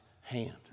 hand